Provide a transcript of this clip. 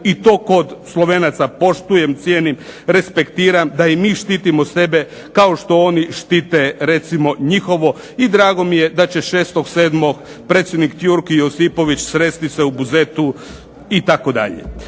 i to kod slovenaca poštujem, cijenim, respektiram, da i mi štitimo sebe kao što oni štite recimo njihovo. I drago mi je da će 06.07. predsjednik Turk i Josipović sresti se u Buzetu itd.